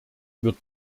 wird